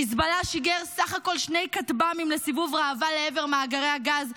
חיזבאללה שיגר סך הכול שני כטב"מים לסיבוב ראווה לעבר מאגרי הגז,